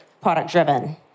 product-driven